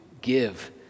give